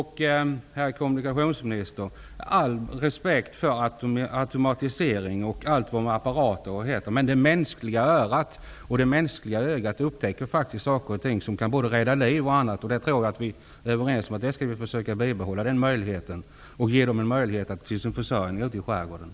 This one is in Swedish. Herr kommunikationsminister, med all respekt för automatisering och allt vad apparater heter, men det mänskliga örat och det mänskliga ögat upptäcker faktiskt saker och ting som både kan rädda liv och annat. Jag tror att vi är överens om att vi skall försöka bibehålla den möjligheten, och ge människorna möjlighet till sin försörjning ute i skärgården.